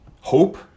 Hope